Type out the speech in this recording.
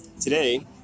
today